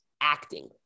acting